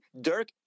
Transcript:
Dirk